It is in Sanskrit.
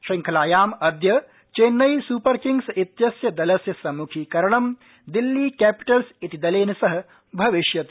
श्रृंखलायाम् अद्य चेन्नई सूपर किंग्स इत्यस्य दलस्य सम्मुखीकरणं दिल्ली कैपिटल्स इति दलेन सह भविष्यति